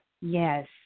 Yes